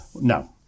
No